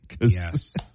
Yes